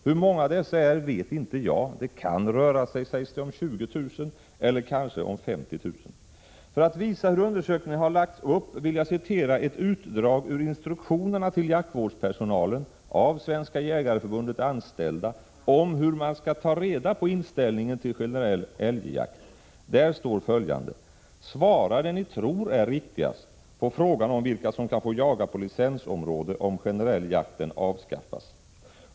Hur många dessa är vet inte jag — det kan röra sig om 20 000, sägs det, eller kanske 50 000. För att visa hur undersökningen har lagts upp vill jag anföra ett utdrag ur instruktionerna till jaktvårdspersonalen, anställd av Svenska jägareförbundet, om hur man skall ta reda på inställningen till generell älgjakt: Svara det ni tror är riktigast på frågan på vilka som kan få jaga på licensområde om den generella jakten avskaffas.